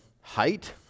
height